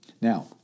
Now